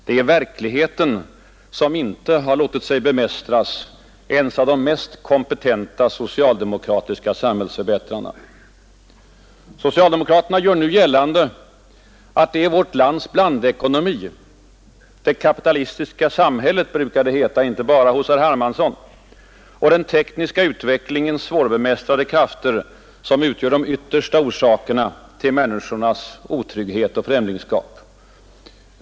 Det är verkligheten som inte låtit sig bemästras ens av de mest kompetenta socialdemokratiska samhällsförbättrarna. Socialdemokraterna gör nu gällande att det är vårt lands blandekonomi — det kapitalistiska samhället brukar det heta inte bara hos herr Hermansson — och den tekniska utvecklingens svårbemästrade krafter som utgör de yttersta orsakerna till människornas otrygghet och främlingskap.